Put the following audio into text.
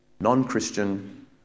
non-Christian